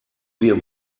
wir